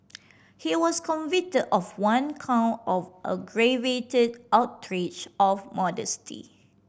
he was convicted of one count of aggravated outrage of modesty